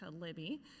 Libby